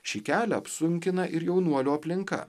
šį kelią apsunkina ir jaunuolio aplinka